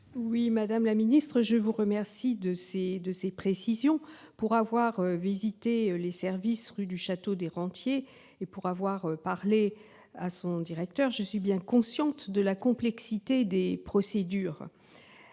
Madame la ministre, je vous remercie de ces précisions. Pour avoir visité le service de la nationalité, rue du Château-des-Rentiers, à Paris, et pour avoir parlé à son directeur, je suis bien consciente de la complexité des procédures.